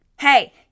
Hey